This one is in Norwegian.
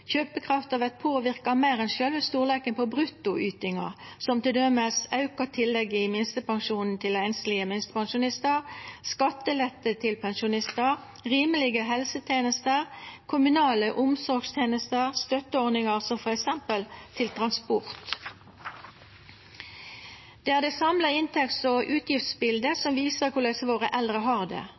påverka av meir enn sjølve storleiken på bruttoytinga – t.d. auka tillegg i minstepensjonen til einslege minstepensjonistar, skattelette til pensjonistar, rimelege helsetenester, kommunale omsorgstenester, og støtteordningar, f.eks. til transport. Det er det samla inntekts- og utgiftsbildet som viser korleis våre eldre har det.